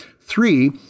Three